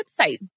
website